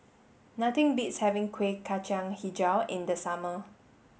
nothing beats having Kuih Kacang Hijau in the summer